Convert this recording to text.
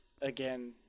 again